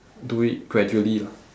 do it gradually lah